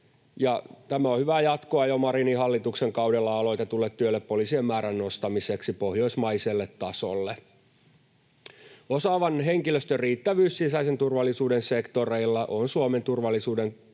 tämä on hyvää jatkoa jo Marinin hallituksen kaudella aloitetulle työlle poliisien määrän nostamiseksi pohjoismaiselle tasolle. Osaavan henkilöstön riittävyys sisäisen turvallisuuden sektoreilla on Suomen turvallisuuden kannalta